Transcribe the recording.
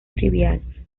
trivial